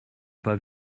pas